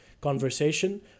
conversation